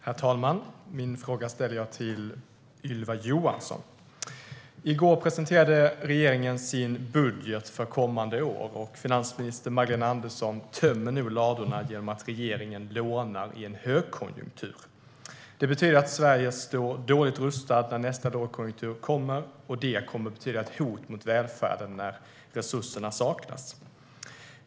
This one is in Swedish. Herr talman! Jag ställer min fråga till Ylva Johansson. I går presenterade regeringen sin budget för kommande år. Finansminister Magdalena Andersson tömmer ladorna när regeringen lånar i en högkonjunktur. Det betyder att Sverige står dåligt rustat när nästa lågkonjunktur kommer. Det kommer att betyda ett hot mot välfärden när resurserna saknas.